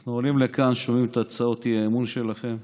אנחנו עולים לכאן, שומעים את הצעות האי-אמון שלכם,